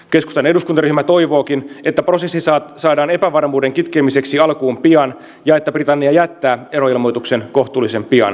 keskustan eduskuntaryhmä toivookin että epävarmuuden kitkemiseksi prosessi saadaan alkuun pian ja että britannia jättää eroilmoituksen kohtuullisen pian syksyllä